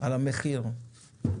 על המחיר.